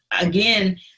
again